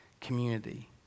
community